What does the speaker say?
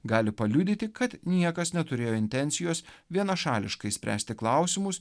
gali paliudyti kad niekas neturėjo intencijos vienašališkai spręsti klausimus